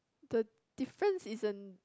the difference isn't